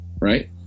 Right